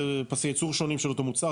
פסי ייצור שונים של אותו מוצר,